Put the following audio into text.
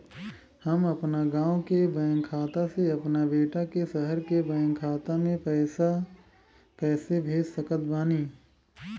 हम अपना गाँव के बैंक खाता से अपना बेटा के शहर के बैंक खाता मे पैसा कैसे भेज सकत बानी?